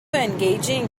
engaging